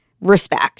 respect